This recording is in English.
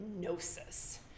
gnosis